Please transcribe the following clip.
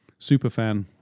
Superfan